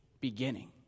beginning